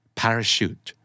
parachute